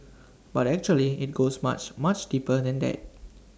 but actually IT goes much much deeper than that